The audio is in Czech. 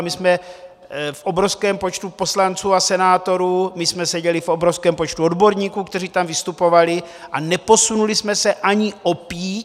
My jsme v obrovském počtu poslanců a senátorů, my jsme seděli v obrovském počtu odborníků, kteří tam vystupovali, a neposunuli jsme se ani o píď.